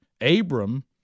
Abram